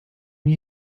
nie